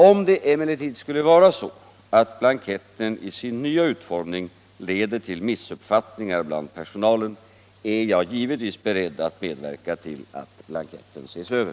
Om det emellertid skulle vara så, att blanketten i sin nya utformning leder till missuppfattningar bland personalen, är jag givetvis beredd att medverka till att blanketten ses över.